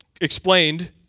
explained